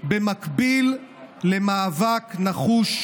במקביל למאבק נחוש